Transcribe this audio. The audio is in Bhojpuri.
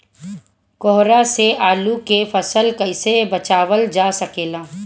कोहरा से आलू के फसल कईसे बचावल जा सकेला?